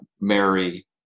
Mary